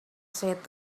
said